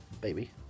baby